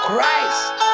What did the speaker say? Christ